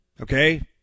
okay